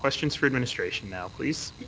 questions for administration now, please.